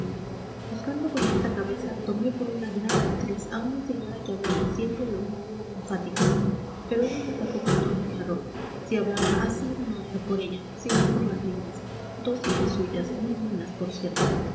juzgando con esta cabeza tomé por una gran actriz a una señora que hablaba siempre de un modo muy enfático pero ella me sacó pronto de mi error si hablaba así no era por ella sino por las niñas dos hijas suyas muy monas por cierto